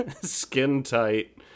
skin-tight